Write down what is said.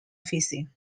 fishing